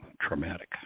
traumatic